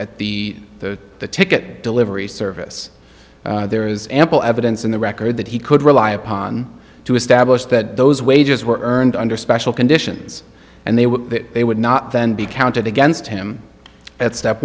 at the the ticket delivery service there is ample evidence in the record that he could rely upon to establish that those wages were earned under special conditions and they were they would not then be counted against him that's step